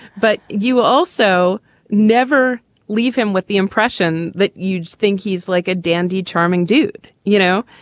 but you will also never leave him with the impression that you think he's like a dandy, charming dude, you know?